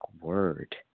word